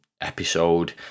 episode